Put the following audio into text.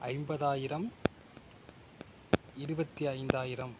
ஐம்பதாயிரம் இருபத்தி ஐந்தாயிரம்